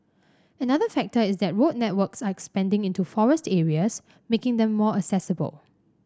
another factor is that road networks are expanding into forest areas making them more accessible